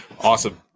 Awesome